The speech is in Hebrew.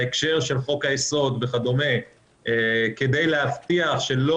בהקשר של חוק היסוד כי להבטיח שלא